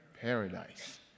paradise